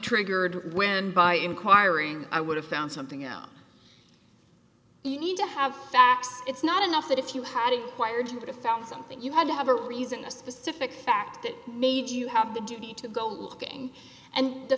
triggered when by inquiring i would have found something else you need to have facts it's not enough that if you had acquired to found something you had to have a reason a specific fact that made you have the duty to go looking and the